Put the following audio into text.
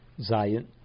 Zion